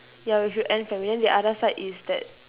ya we should end famine then the other side is that